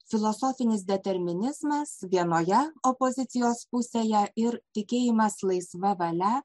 filosofinis determinizmas vienoje opozicijos pusėje ir tikėjimas laisva valia